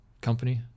company